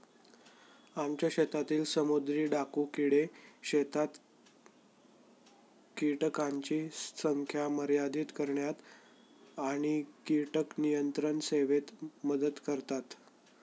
आमच्या शेतातील समुद्री डाकू किडे शेतात कीटकांची संख्या मर्यादित करण्यात आणि कीटक नियंत्रण सेवेत मदत करतात